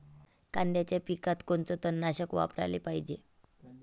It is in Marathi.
कांद्याच्या पिकात कोनचं तननाशक वापराले पायजे?